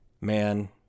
man